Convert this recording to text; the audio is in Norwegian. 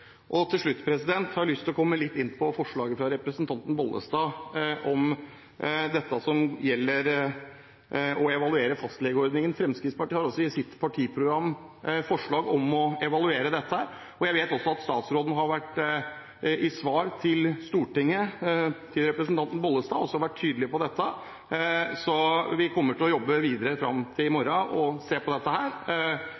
premisser. Til slutt har jeg lyst til å nevne forslaget fra representanten Olaug V. Bollestad og Kristelig Folkeparti om å evaluere fastlegeordningen. Fremskrittspartiet har i sitt partiprogram forslag om å evaluere denne. Jeg vet også at statsråden i svar til Stortinget, til representanten Bollestad, har vært tydelig på dette. Så vi kommer til å jobbe videre fram til